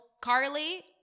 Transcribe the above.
Carly